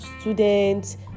students